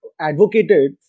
advocated